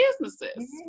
businesses